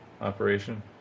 operation